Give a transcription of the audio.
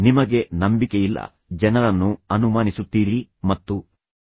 ನಿಮಗೆ ನಂಬಿಕೆಯಿಲ್ಲ ನೀವು ಜನರನ್ನು ನಂಬುವುದಿಲ್ಲ ನೀವು ಜನರನ್ನು ಅನುಮಾನಿಸುತ್ತೀರಿ ಮತ್ತು ನೀವು ಜನರನ್ನು ಅನುಮಾನಿಸುತ್ತೀರಿ